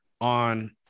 on